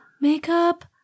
makeup